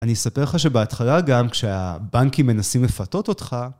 אני אספר לך שבהתחלה גם כשהבנקים מנסים לפתות אותך...